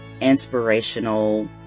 inspirational